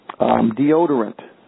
deodorant